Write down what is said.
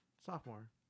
sophomore